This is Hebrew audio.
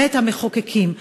בית-המחוקקים,